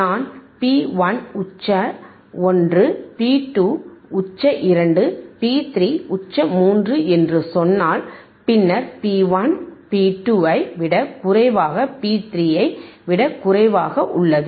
நான் பி 1 உச்ச 1 பி 2 உச்ச 2 பி 3 உச்ச 3 என்று சொன்னால் பின்னர் பி 1 பி 2 ஐ விட குறைவாக பி 3 ஐ விட குறைவாக உள்ளது